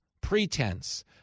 pretense